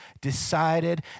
decided